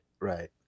right